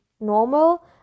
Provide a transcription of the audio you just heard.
normal